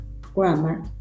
grammar